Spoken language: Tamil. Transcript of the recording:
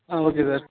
ah okay sir